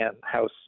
House